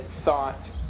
thought